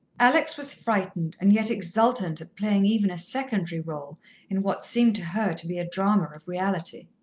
alex was frightened and yet exultant at playing even a secondary role in what seemed to her to be a drama of reality.